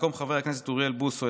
במקום חבר הכנסת אוריאל בוסו,